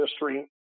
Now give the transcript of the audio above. history